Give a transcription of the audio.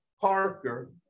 Parker